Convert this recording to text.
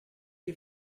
you